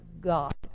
God